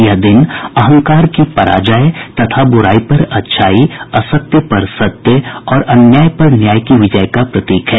यह दिन अहंकार की पराजय तथा बुराई पर अच्छाई असत्य पर सत्य और अन्याय पर न्याय की विजय का प्रतीक है